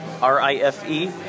R-I-F-E